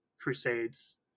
Crusades